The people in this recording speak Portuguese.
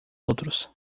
outros